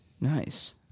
nice